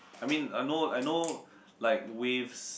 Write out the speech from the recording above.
I mean I know I know like waves